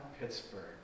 Pittsburgh